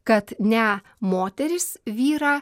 kad ne moterys vyrą